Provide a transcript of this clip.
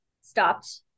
stopped